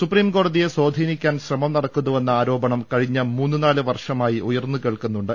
supreme കോടതിയെ സ്വാധീനിക്കാൻ ശ്രമം നടക്കുന്നുവെന്ന ആരോപണം കഴിഞ്ഞ മൂന്ന് നാല് വർഷമായി ഉയർന്നുകേൾക്കുന്നുണ്ട്